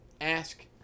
ask